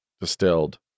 distilled